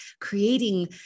creating